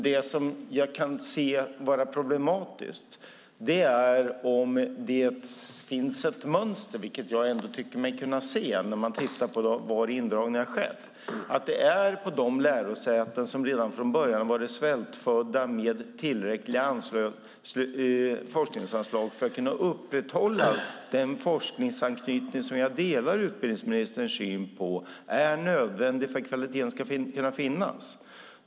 Det som är problematiskt är det mönster som jag tycker mig kunna se när jag tittar på var indragningar har skett. Det är på de lärosäten som redan från början varit svältfödda på tillräckliga forskningsanslag för att kunna upprätthålla den forskningsanknytning som jag delar utbildningsministerns syn på är nödvändig för att hålla hög kvalitet.